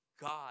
God